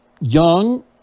young